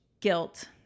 guilt